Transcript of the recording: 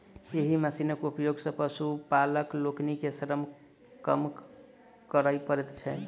एहि मशीनक उपयोग सॅ पशुपालक लोकनि के श्रम कम करय पड़ैत छैन